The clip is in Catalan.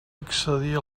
excedir